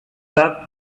that